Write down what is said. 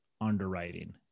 underwriting